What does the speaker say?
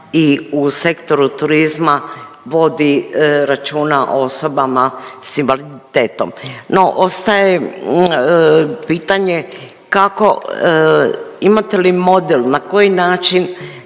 i u sektoru turizma vodi računa o osobama s invaliditetom, no ostaje pitanje kako, imate li model na koji način